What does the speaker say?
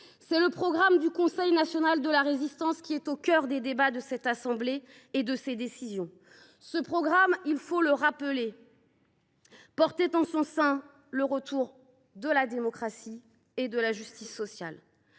C’est le programme du Conseil national de la Résistance qui est au cœur des débats de cette assemblée et de ses décisions. Ce programme – il faut le rappeler – porte en germe le retour de la démocratie et de la justice sociale.